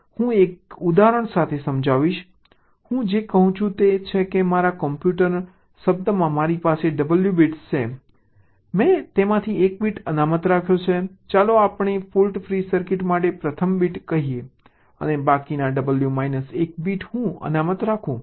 હું એક ઉદાહરણ સાથે સમજાવીશ હું જે કહું છું તે એ છે કે મારા કમ્પ્યુટર શબ્દમાં મારી પાસે W બિટ્સ છે મેં તેમાંથી એક બીટ અનામત રાખ્યો છે ચાલો આપણે ફોલ્ટ ફ્રી સર્કિટ માટે પ્રથમ બીટ કહીએ અને બાકીના W માઈનસ 1 બીટ હું અનામત રાખું છું